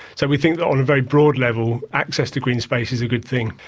so we think that on a very broad level, access to green space is a good thing.